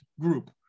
group